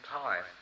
time